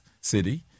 City